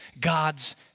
God's